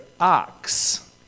ox